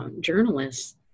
journalists